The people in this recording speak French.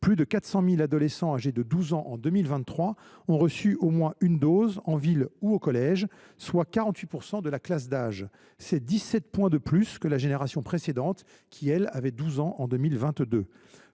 plus de 400 000 adolescents âgés de 12 ans en 2023 ont reçu au moins une dose en ville ou au collège, soit 48 % de la classe d’âge. C’est 17 points de plus que la génération précédente – celle qui avait 12 ans en 2022.